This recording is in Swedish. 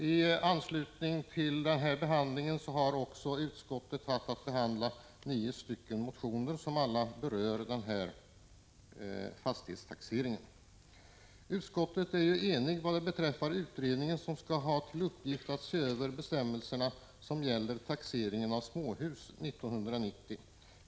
I anslutning till behandlingen av propositionen har utskottet också haft att behandla nio motioner, som alla berör fastighetstaxeringen. Utskottet är enigt beträffande den utredning som skall ha till uppgift att se över de bestämmelser som gäller för taxeringen av småhus 1990.